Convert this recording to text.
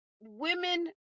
women